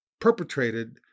perpetrated